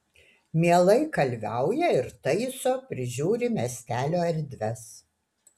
mielai kalviauja ir taiso prižiūri miestelio erdves